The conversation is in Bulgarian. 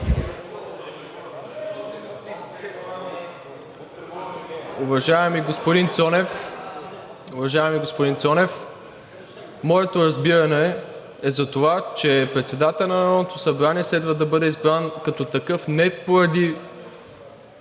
Уважаеми господин Цонев, моето разбиране за това е, че председателят на Народното събрание следва да бъде избран като такъв не поради